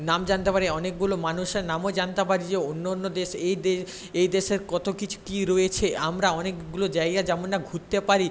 নাম জানতে পারি অনেকগুলো মানুষের নামও জানতে পারি যে অন্য অন্য দেশ এইদের এই দেশের কত কিছু কী রয়েছে আমরা অনেকগুলো জায়গা যেমন না ঘুরতে পারি